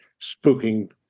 spooking